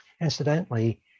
Incidentally